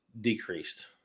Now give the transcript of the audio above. decreased